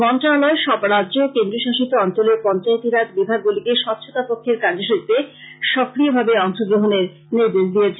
মন্ত্রণালয় সব রাজ্য ও কেন্দ্রীয় শাসিত অঞ্চলের পঞ্চায়েতীরাজ বিভাগগুলিকে স্বচ্ছতা পক্ষের কার্যসূচিতে সক্রিয়ভাবে অংশগ্রহনের নির্দেশ দিয়েছে